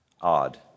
Odd